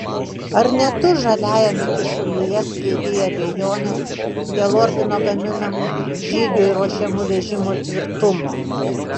ar ne tu žaliajame kyšulyje skleidei abejones dėl ordino gaminamų žygiui ruošiamų vežimų tvirtumo